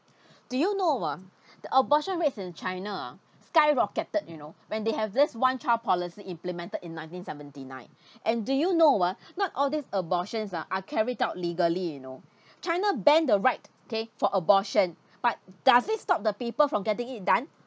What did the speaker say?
do you know ah the abortion rate in china ah skyrocketed you know when they have this one child policy implemented in nineteen seventy nine and do you know ah not all these abortions ah are carried out legally you know china banned the right K for abortion but does it stop the people from getting it done